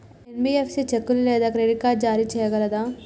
NBFC చెక్కులు లేదా credit card జారీ చేయగలదా?